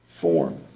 form